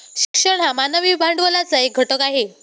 शिक्षण हा मानवी भांडवलाचा एक घटक आहे